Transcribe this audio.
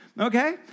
Okay